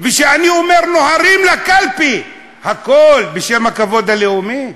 וכשאני אומר "נוהרים לקלפי" הכול בשם הכבוד הלאומי.